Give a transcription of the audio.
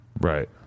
Right